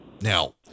Now